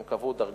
הם קבעו דרגה